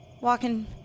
walking